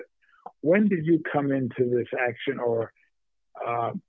it when did you come into this action or